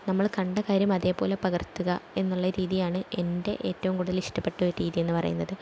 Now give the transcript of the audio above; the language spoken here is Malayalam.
നമ്മൾ കണ്ട കാര്യം അതെപോലെ പകർത്തുക എന്നുള്ള രീതിയാണ് എന്റെ ഏറ്റവും കൂടുതൽ ഇഷ്ടപ്പെട്ട ഒരു രീതിയെന്ന് പറയുന്നത്